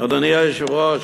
אדוני היושב-ראש,